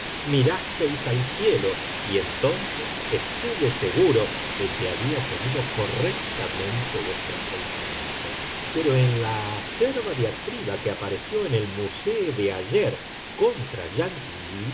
haríais mirasteis al cielo y entonces estuve seguro de que había seguido correctamente vuestros pensamientos pero en la acerba diatriba que apareció en el musée de ayer contra